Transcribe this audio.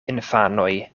infanoj